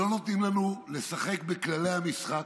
שלא נותנים לנו לשחק בכללי המשחק.